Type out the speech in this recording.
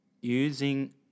using